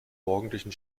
morgendlichen